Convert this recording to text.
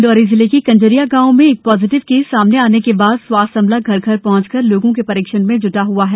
डिण्डोरी जिले के करंजिया गांव एक पॉजिटिव केस सामने आने के बाद स्वास्थ्य अमला घर घर पहंच लोगों के परीक्षण में ज्टा हआ है